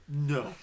No